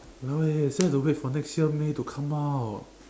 !walao! eh you still have to wait for next year may to come out